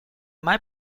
mai